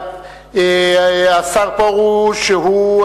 השר פרוש, שהוא